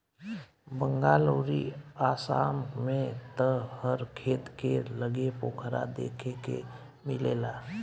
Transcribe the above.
बंगाल अउरी आसाम में त हर खेत के लगे पोखरा देखे के मिलेला